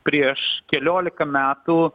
prieš keliolika metų